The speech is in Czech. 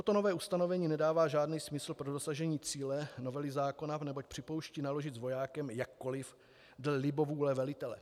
Toto nové ustanovení nedává žádný smysl pro dosažení cíle novely zákona, neboť připouští naložit s vojákem jakkoliv dle libovůle velitele.